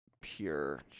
pure